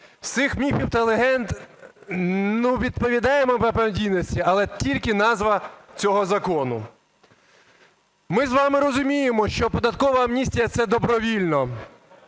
З цих міфів та легенд відповідає, мабуть, дійсності, але тільки назва цього закону. Ми з вами розуміємо, що податкова амністія – це добровільно.